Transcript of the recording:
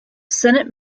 senate